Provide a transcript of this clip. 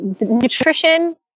nutrition